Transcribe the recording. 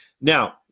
Now